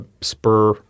spur